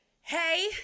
hey